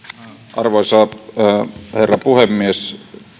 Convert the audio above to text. arvoisa herra puhemies